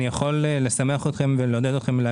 אני יכול לעודד אתכם ולהגיד